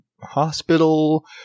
hospital